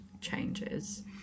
changes